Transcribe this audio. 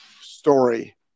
story